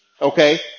Okay